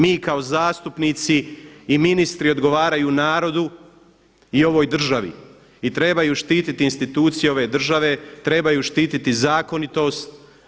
Mi kao zastupnici i ministri odgovaraju narodu i ovoj državi i trebaju štititi institucije ove države, trebaju štititi zakonitost.